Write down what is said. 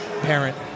Parent